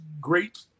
great